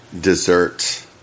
dessert